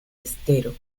estero